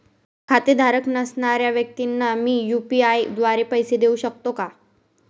खातेधारक नसणाऱ्या व्यक्तींना मी यू.पी.आय द्वारे पैसे देऊ शकतो का?